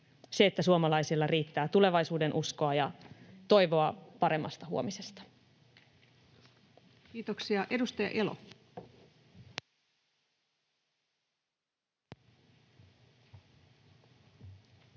se että suomalaisilla riittää tulevaisuudenuskoa ja toivoa paremmasta huomisesta. Kiitoksia. — Edustaja Elo. Arvoisa